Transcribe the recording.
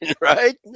right